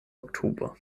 oktober